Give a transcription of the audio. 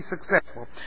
successful